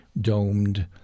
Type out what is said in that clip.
domed—